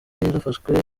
yarafashwe